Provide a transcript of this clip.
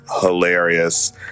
Hilarious